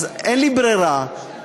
אז אין לי ברירה,